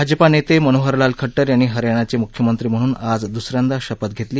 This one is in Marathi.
भाजपा नेते मनोहरलाल खट्टर यांनी हरयाणाचे म्ख्यमंत्री म्हणून आज द्सऱ्यांदा शपथ घेतली